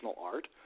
art